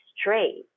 straight